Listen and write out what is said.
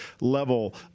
level